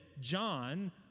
John